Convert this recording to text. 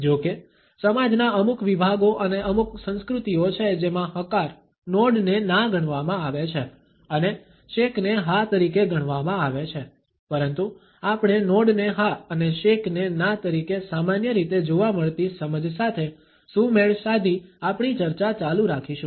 જો કે સમાજના અમુક વિભાગો અને અમુક સંસ્કૃતિઓ છે જેમાં હકાર નોડ ને ના ગણવામાં આવે છે અને શેક ને હા તરીકે ગણવામાં આવે છે પરંતુ આપણે નોડ ને હા અને શેકને ના તરીકે સામાન્ય રીતે જોવા મળતી સમજ સાથે સુમેળ સાધી આપણી ચર્ચા ચાલુ રાખીશું